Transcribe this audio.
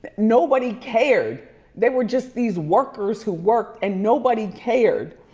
nobody cared they were just these workers who worked and nobody cared.